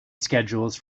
schedules